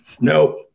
nope